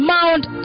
Mount